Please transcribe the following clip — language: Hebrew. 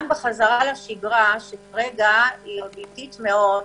גם בחזרה לשגרה, שכרגע היא עוד איטית מאוד,